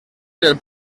del